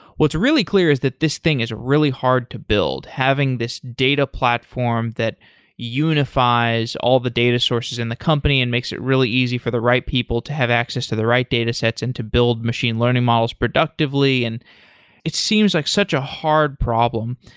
what's really clear is that this thing is really hard to build, having this data platform that unifies all the data sources in the company and makes it really easy for the right people to have access to the right datasets and to build machine learning models productively. and it seems like such a hard problem.